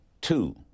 two